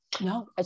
no